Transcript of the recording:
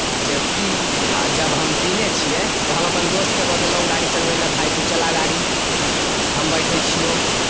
जे पी आ जब हम पीने छियै तऽ हम अपन दोस्तकेँ दऽ देलहुँ गाड़ी चलबै लए भाय तोँ चला गाड़ी हम बैठै छियौ